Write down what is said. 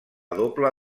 doble